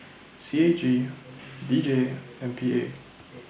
C A G D J and P A